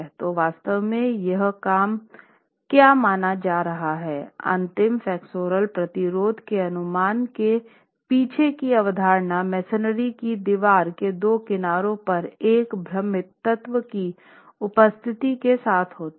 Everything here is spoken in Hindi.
तो वास्तव में यहाँ क्या माना जा रहा है अंतिम फ्लेक्सुरल प्रतिरोध के अनुमान के पीछे की अवधारणा मेसनरी की दीवार के दो किनारों पर एक भ्रमित तत्व की उपस्थिति के साथ होती है